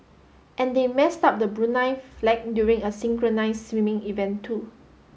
and they messed up the Brunei flag during a synchronized swimming event too